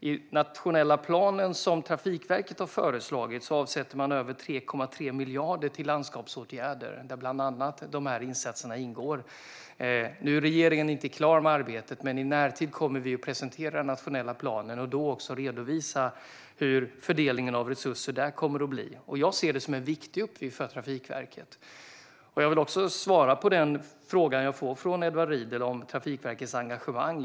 I den nationella plan som Trafikverket har föreslagit avsätter man över 3,3 miljarder till landskapsåtgärder, där bland annat dessa insatser ingår. Nu är regeringen inte klar med arbetet, men i närtid kommer vi att presentera den nationella planen och också redovisa hur fördelningen av resurser kommer att bli. Jag ser detta som en viktig uppgift för Trafikverket. Jag vill också svara på den fråga jag fick av Edward Riedl om Trafikverkets engagemang.